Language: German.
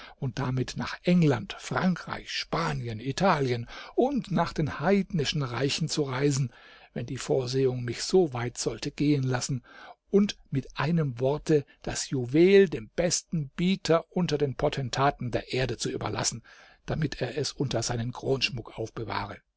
und damit nach england frankreich spanien italien und nach den heidnischen reichen zu reisen wenn die vorsehung mich so weit sollte gehen lassen und mit einem worte das juwel dem besten bieter unter den potentaten der erde zu überlassen damit er es unter seinem kronschmuck aufbewahre